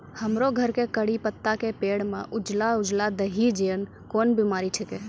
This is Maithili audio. हमरो घर के कढ़ी पत्ता के पेड़ म उजला उजला दही जेना कोन बिमारी छेकै?